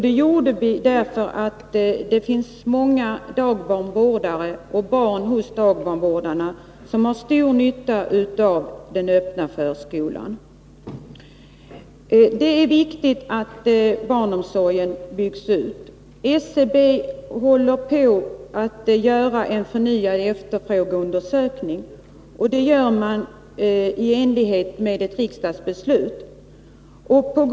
Det gjorde vi därför att många dagbarnvårdare och barn hos dagbarnvårdarna har stor nytta av den öppna förskolan. Det är viktigt att barnomsorgen byggs ut. SCB håller på att göra en förnyad efterfrågeundersökning, och det gör man i enlighet med ett riksdagsbeslut.